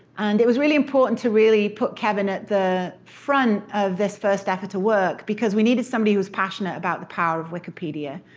and it was really important to really put kevin at the front of this first effort to work, because we needed somebody who was passionate about the power of wikipedia,